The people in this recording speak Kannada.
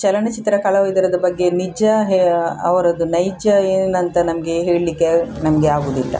ಚಲನಚಿತ್ರ ಕಳಾವಿದರದ ಬಗ್ಗೆ ನಿಜ್ಜ ಹೇ ಅವರದು ನೈಜ್ಜ ಏನಂತ ನಮಗೆ ಹೇಳಲಿಕ್ಕೆ ನಮಗೆ ಆಗುವುದಿಲ್ಲ